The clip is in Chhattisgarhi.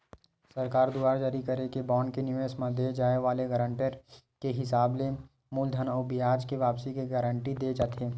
सरकार दुवार जारी करे के बांड के निवेस म दे जाय वाले गारंटी के हिसाब ले मूलधन अउ बियाज के वापसी के गांरटी देय जाथे